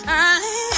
early